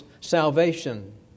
salvation